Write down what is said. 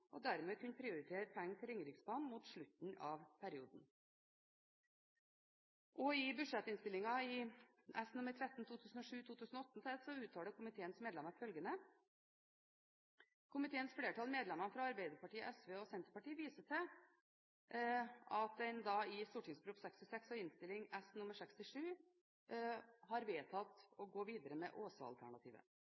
og dermed kunne prioritere penger til Ringeriksbanen mot slutten av perioden. I forbindelse med budsjettinnstilling S. nr. 13 for 2007–2008 uttalte komiteens medlemmer, medlemmene fra Arbeiderpartiet, SV og Senterpartiet, at en i St.prp. nr. 66 for 2001–2002 og Innst. S. nr. 67 for 2002–2003 hadde vedtatt å